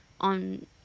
on